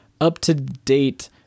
up-to-date